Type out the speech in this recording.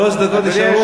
שלוש דקות נשארו.